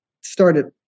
started